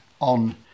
on